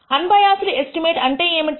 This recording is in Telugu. అన్బయాసిడ్ ఎస్టిమేట్ అంటే ఏమిటి